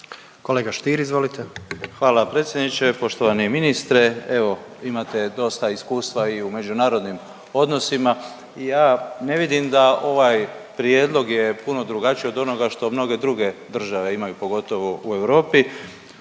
Davor Ivo (HDZ)** Hvala predsjedniče, poštovani ministre. Evo imate dosta iskustva i u međunarodnim odnosima i ja ne vidim da ovaj prijedlog je puno drugačiji od onoga što mnoge druge države imaju pogotovo u Europi.